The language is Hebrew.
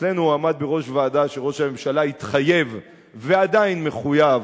אצלנו הוא עמד בראש ועדה שראש הממשלה התחייב ועדיין מחויב